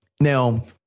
Now